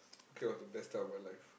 Phuket was the best time of my life